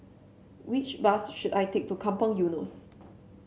which bus should I take to Kampong Eunos